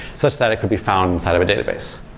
such that it could be found inside of a database?